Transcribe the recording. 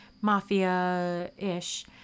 mafia-ish